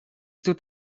dut